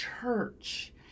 church